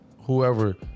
whoever